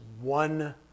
one